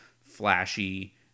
flashy